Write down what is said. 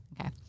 Okay